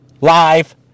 live